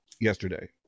yesterday